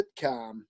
sitcom